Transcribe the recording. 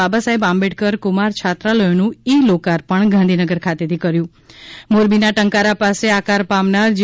બાબાસાહેબ આંબેડકર કુમાર છાત્રાલયો નું ઈ લોકાર્પણ ગાંધીનગર ખાતે થી કર્યું હતું મોરબીના ટંકારા પાસે આકાર પામનાર જી